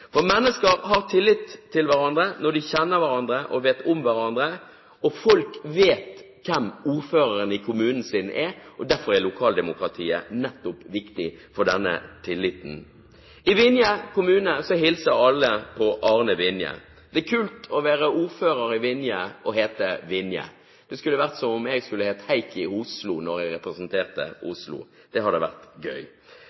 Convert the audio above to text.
For mennesker har tillit til hverandre når de kjenner hverandre og vet om hverandre, og folk vet hvem ordføreren i kommunen deres er. Derfor er lokaldemokratiet nettopp viktig for denne tilliten. I Vinje kommune hilser alle på Arne Vinje. Det er kult å være ordfører i Vinje og hete Vinje. Det skulle vært som om jeg het Heikki Oslo når jeg representerte